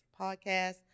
podcast